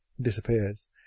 disappears